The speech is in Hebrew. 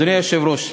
אדוני היושב-ראש,